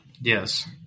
Yes